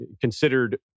considered